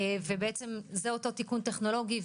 וזה אותו תיקון טכנולוגי.